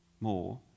more